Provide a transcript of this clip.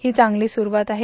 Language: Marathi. ही चांगली सुस्वात आहे